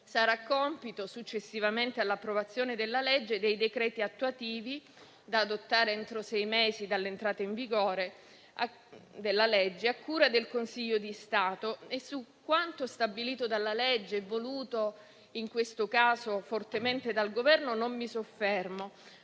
espositiva. Successivamente all'approvazione della legge, i decreti attuativi saranno adottati entro sei mesi dall'entrata in vigore della legge stessa, a cura del Consiglio di Stato. Su quanto stabilito dalla legge e voluto in questo caso fortemente dal Governo non mi soffermo,